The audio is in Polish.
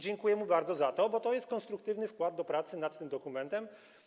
Dziękuję mu bardzo za to, bo jest to konstruktywny wkład w pracę nad tym dokumentem.